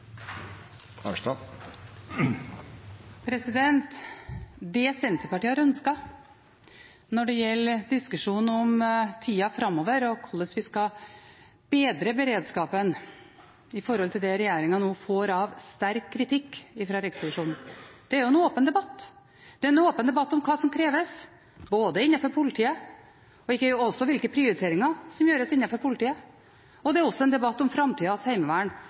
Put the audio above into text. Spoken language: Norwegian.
dag. Det Senterpartiet har ønsket når det gjelder diskusjonen om tida framover og hvordan vi skal bedre beredskapen vedrørende det som regjeringen nå får av sterk kritikk fra Riksrevisjonen, er en åpen debatt om hva som kreves innenfor politiet, om hvilke prioriteringer som gjøres innenfor politiet, men det er også en debatt om framtidas heimevern